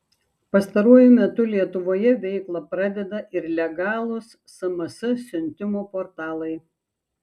pastaruoju metu lietuvoje veiklą pradeda ir legalūs sms siuntimo portalai